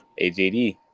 AJD